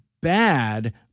bad